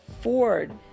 Ford